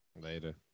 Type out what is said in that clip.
Later